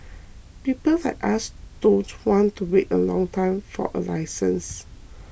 people like us don't want to wait a long time for a license